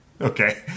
Okay